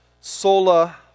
sola